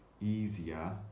easier